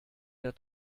der